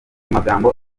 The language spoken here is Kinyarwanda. magambo